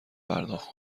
پرداخت